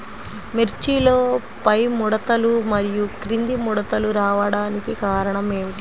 మిర్చిలో పైముడతలు మరియు క్రింది ముడతలు రావడానికి కారణం ఏమిటి?